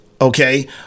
Okay